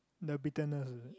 the bitterness ah